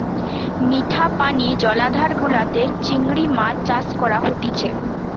মিঠা পানি জলাধার গুলাতে চিংড়ি মাছ চাষ করা হতিছে